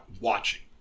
watching